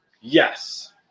yes